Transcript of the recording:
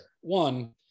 One